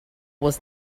was